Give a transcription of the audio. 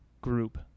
group